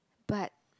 but